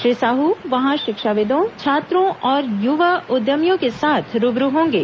श्री साह वहां शिक्षाविदों छात्रों और युवा उद्यमियों के साथ रूबरू होंगे